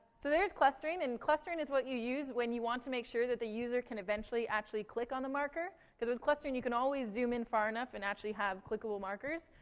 so there's clustering, and clustering is what you use when you want to make sure that the user can eventually actually click on the marker. because with clustering, you can always zoom in far enough, and actually have clickable markers.